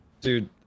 dude